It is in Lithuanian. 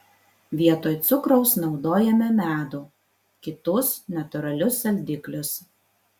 vietoj cukraus naudojame medų kitus natūralius saldiklius